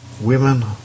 Women